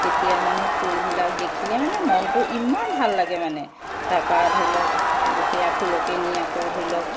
তেতিয়া মানে ফুলবিলাক দেখিলে মানে মনটো ইমান ভাল লাগে মানে তাপা ধৰি লওক সেয়া ফুলকে নি আকৌ ধৰি লওক